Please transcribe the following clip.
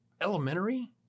elementary